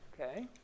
Okay